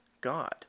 God